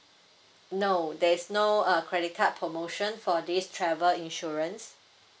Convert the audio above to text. no there's no uh credit card promotion for this travel insurance